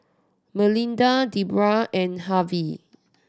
Melinda Debrah and Harvy